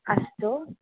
अस्तु